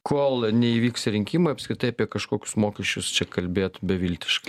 kol neįvyks rinkimai apskritai apie kažkokius mokesčius čia kalbėt beviltiška